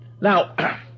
Now